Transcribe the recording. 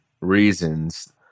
reasons